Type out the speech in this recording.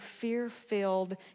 fear-filled